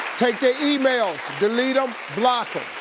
take their emails. delete em, block em.